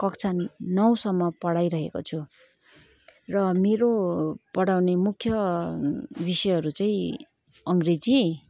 कक्षा नौसम्म पढाइरहेको छु र मेरो पढाउने मुख्य विषयहरू चाहिँ अङ्ग्रेजी